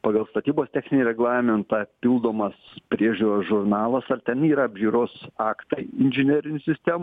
pagal statybos techninį reglamentą pildomas priežiūros žurnalas ar ten yra apžiūros aktai inžinierinių sistemų